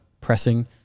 pressing